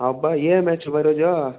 అబ్బా ఏ మ్యాచ్ బా ఈరోజు